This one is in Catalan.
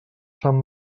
sant